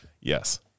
Yes